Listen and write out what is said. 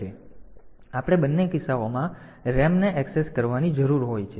તેથી આપણે બંને કિસ્સાઓમાં RAM ને ઍક્સેસ કરવાની જરૂર હોય છે